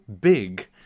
big